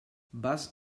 bus